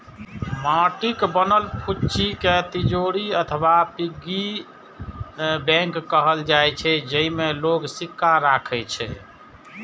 माटिक बनल फुच्ची कें तिजौरी अथवा पिग्गी बैंक कहल जाइ छै, जेइमे लोग सिक्का राखै छै